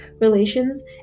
relations